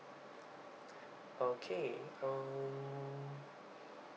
okay mm